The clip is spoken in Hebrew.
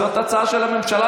זאת הצעה של הממשלה,